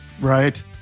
right